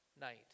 night